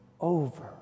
over